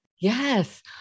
Yes